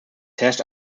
herrscht